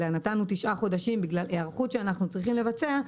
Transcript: אלא נתנו תשעה חודשים בגלל היערכות שאנחנו צריכים לבצע,